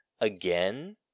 again